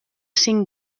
cinc